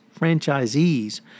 franchisees